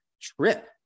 trip